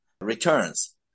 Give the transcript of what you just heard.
returns